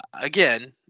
again